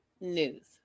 news